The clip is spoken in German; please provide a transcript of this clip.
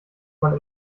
man